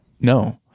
No